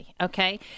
okay